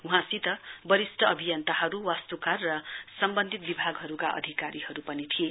वहाँसित वरिष्ट अभियन्तहरु वास्तुकार र सम्वन्धित विभागहरुका अधिकारीहरु पनि थिए